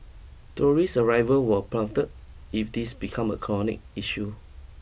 tourist arrival will plummet if this become a chronic issue